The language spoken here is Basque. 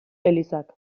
elizak